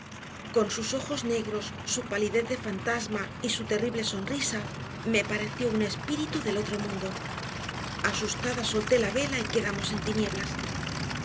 con sus negros ojos su palidez de fantasma y su terrible sonrisa me pareció un espíritu del otro mundo asustada solté la vela y quedamos en tinieblas